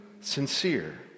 sincere